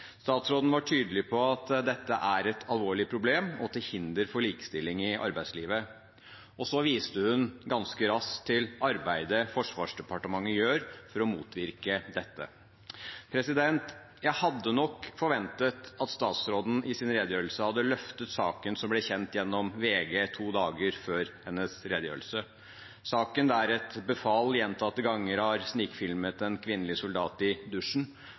Statsråden var tydelig på at dette er et alvorlig problem og til hinder for likestilling i arbeidslivet. Og så viste hun ganske raskt til arbeidet Forsvarsdepartementet gjør for å motvirke dette. Jeg hadde nok forventet at statsråden i sin redegjørelse hadde løftet saken som ble kjent gjennom VG to dager før hennes redegjørelse – saken der et befal gjentatte ganger har snikfilmet en kvinnelig soldat i